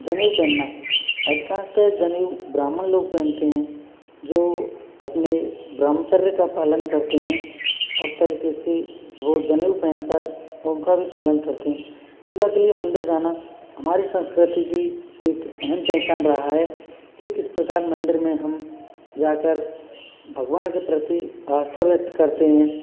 जनेऊ पहनना अधिकाँशत जनेऊ ब्राह्मण लोग पहनते हैं जो अपने ब्रह्मचार्य का पालन करते हैं उस तरीके से वो जनेऊ पहनकर उनका भी पालन करते हैं पूजा के लिए मंदिर जाना हमारी संस्कृति की एक अहम पहचान रहा है कि किस प्रकार मंदिर में हम जा कर भगवान के प्रति आस्था व्यक्त करते हैं